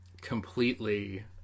completely